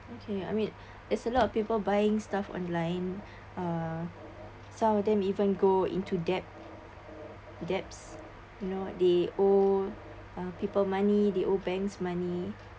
okay I mean it's a lot of people buying stuff online uh some of them even go into debt debts you know they owe uh people money they owe banks money